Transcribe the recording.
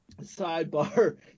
sidebar